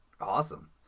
awesome